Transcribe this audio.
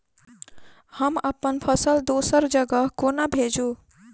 हम अप्पन फसल दोसर जगह कोना भेजू?